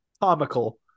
Comical